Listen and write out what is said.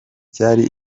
cyari